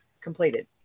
completed